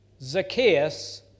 Zacchaeus